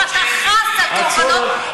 הצורך,